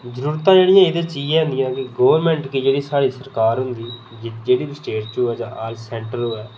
ते जरूरतां एह्दे च इ'यै होंदियां कि गौरमेंट गी जेह्ड़ी साढ़ी सरकार ऐ ना जेह्ड़ी बी स्टेट च होऐ जां सेंटर च होऐ